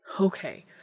Okay